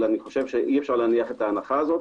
אבל אי אפשר להניח את ההנחה הזו,